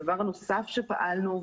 דבר נוסף שפעלנו,